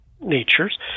natures